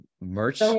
merch